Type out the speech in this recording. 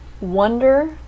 Wonder